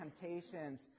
temptations